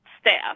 staff